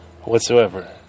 whatsoever